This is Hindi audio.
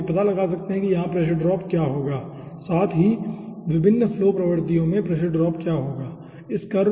तो आप यह पता लगा सकते हैं कि यहाँ प्रेशर ड्राप क्या होगा साथ ही साथ विभिन्न फ्लो प्रवर्तियों में प्रेशर ड्राप क्या होगा ठीक है